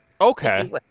Okay